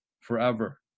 forever